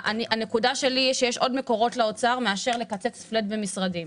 הנקודה שלי היא שיש עוד מקורות לאוצר מאשר לקצץ במשרדים.